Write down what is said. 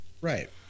Right